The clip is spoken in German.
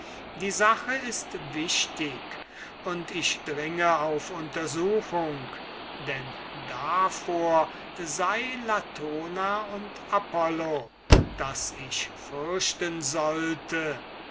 die sache ist wichtig und ich dringe auf untersuchung denn dafür sei latona und apollo daß ich fürchten sollte